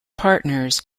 partners